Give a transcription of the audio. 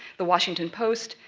the washington post,